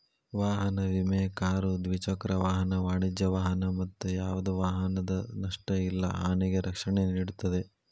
ವಾಹನ ವಿಮೆ ಕಾರು ದ್ವಿಚಕ್ರ ವಾಹನ ವಾಣಿಜ್ಯ ವಾಹನ ಮತ್ತ ಯಾವ್ದ ವಾಹನದ ನಷ್ಟ ಇಲ್ಲಾ ಹಾನಿಗೆ ರಕ್ಷಣೆ ನೇಡುತ್ತದೆ